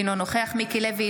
אינו נוכח מיקי לוי,